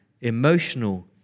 emotional